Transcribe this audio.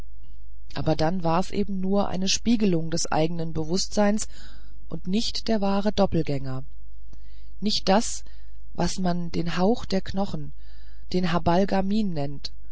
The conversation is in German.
aber dann war's eben nur eine spiegelung des eigenen bewußtseins und nicht der wahre doppelgänger nicht das was man den hauch der knochen den habal garmin nennt